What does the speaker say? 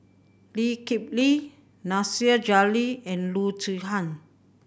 Lee Kip Lee Nasir Jalil and Loo Zihan